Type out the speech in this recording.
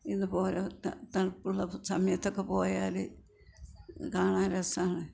ഇന്ന് ഇപ്പോൾ ഓരോ തണുപ്പുള്ള സമയത്തൊക്കെ പോയാൽ കാണാൻ രസമാണ്